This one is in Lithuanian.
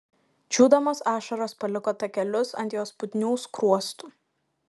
džiūdamos ašaros paliko takelius ant jos putnių skruostų